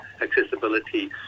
accessibility